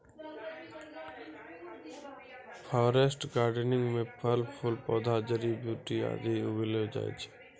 forest gardening म फल फूल पौधा जड़ी बूटी आदि उगैलो जाय छै